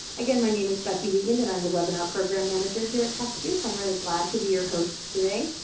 again, my name is becky wiegand, and i'm the webinar program manager here at techsoup. i'm really glad to be your host today.